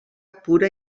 pura